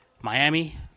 Miami